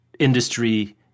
industry